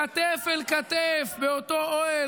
כתף אל כתף באותו אוהל,